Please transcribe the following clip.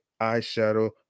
eyeshadow